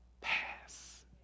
pass